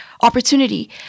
opportunity